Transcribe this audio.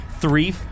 Three